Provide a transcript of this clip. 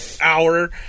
hour